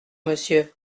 monsieur